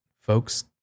folks